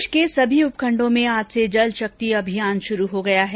प्रदेष के सभी उप खंडों में आज से जल शक्ति अभियान शुरू हो गया है